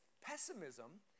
pessimism